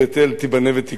תיבנה ותיכונן,